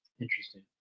Interesting